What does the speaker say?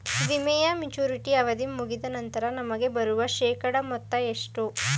ವಿಮೆಯ ಮೆಚುರಿಟಿ ಅವಧಿ ಮುಗಿದ ನಂತರ ನಮಗೆ ಬರುವ ಶೇಕಡಾ ಮೊತ್ತ ಎಷ್ಟು?